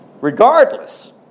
regardless